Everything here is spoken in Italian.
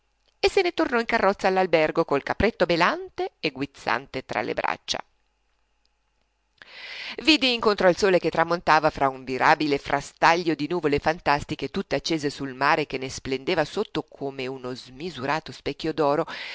e se ne tornò in carrozza all'albergo col capretto belante e guizzante tra le braccia vidi incontro al sole che tramontava fra un mirabile frastaglio di nuvole fantastiche tutte accese sul mare che ne splendeva sotto come uno smisurato specchio